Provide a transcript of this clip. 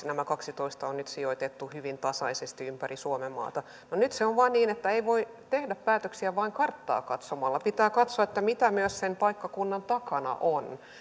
nämä kaksitoista on nyt sijoitettu hyvin tasaisesti ympäri suomenmaata no nyt se on vain niin että ei voi tehdä päätöksiä vain karttaa katsomalla pitää katsoa mitä myös sen paikkakunnan takana on